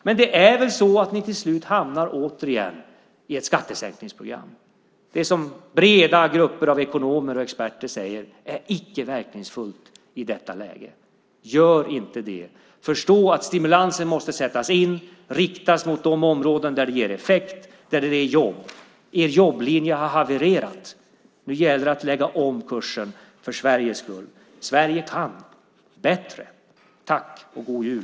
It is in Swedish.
Men till slut hamnar ni väl återigen i ett skattesänkningsprogram, det som breda grupper av ekonomer och experter säger är icke verkningsfullt i detta läge. Gör inte det! Förstå att stimulanser måste sättas in och riktas mot de områden där de ger effekt och där de ger jobb! Sverige kan bättre. Tack och god jul!